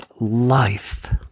life